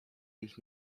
ich